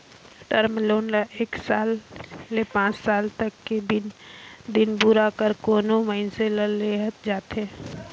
term loan ल एक साल ले पांच साल तक के दिन दुरा बर कोनो मइनसे ल देहल जाथे